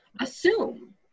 assume